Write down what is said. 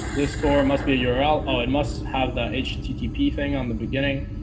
this store must be a yeah url. oh, it must have the http thing on the beginning